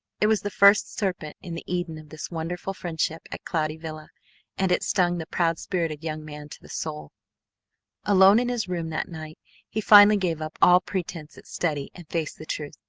it was the first serpent in the eden of this wonderful friendship at cloudy villa and it stung the proud-spirited young man to the soul alone in his room that night he finally gave up all pretence at study and faced the truth.